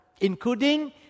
including